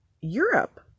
Europe